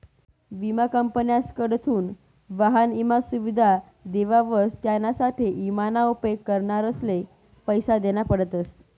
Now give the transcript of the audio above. विमा कंपन्यासकडथून वाहन ईमा सुविधा देवावस त्यानासाठे ईमा ना उपेग करणारसले पैसा देना पडतस